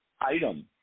item